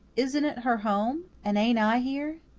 isn't it her home? and ain't i here?